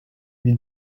lui